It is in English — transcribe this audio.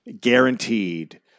guaranteed